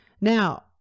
Now